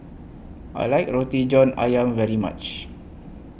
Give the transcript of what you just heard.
I like Roti John Ayam very much